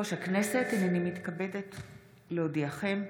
הינני מתכבדת להודיעכם,